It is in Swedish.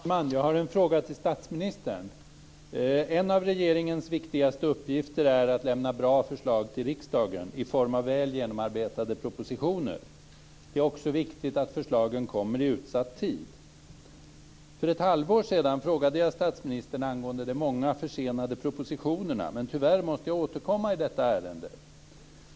Herr talman! Jag har en fråga till statsministern. En av regeringens viktigaste uppgifter är att lämna bra förslag till riksdagen i form av väl genomarbetade propositioner. Det är också viktigt att förslagen kommer i utsatt tid. För ett halvår sedan frågade jag statsministern angående de många försenade propositionerna, men tyvärr måste jag återkomma i detta ärende.